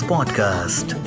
Podcast